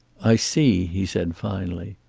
i see, he said finally.